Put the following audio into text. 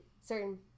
certain